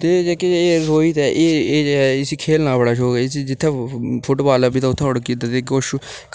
ते एह् जेह्का रोहित ऐ इसी खेढना बड़ा शौक ऐ इसी जित्थै फुटबाल लब्भी जंदा एह् उत्थै उड़की जंदा ते